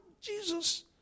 Jesus